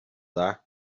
dda